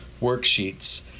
worksheets